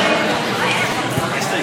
כנסת נכבדה,